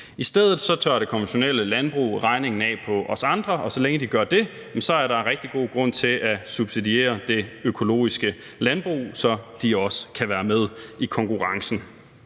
I stedet tørrer det konventionelle landbrug regningen af på os andre, og så længe de gør det, er der rigtig god grund til at subsidiere det økologiske landbrug, så de også kan være med i konkurrencen.